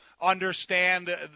understand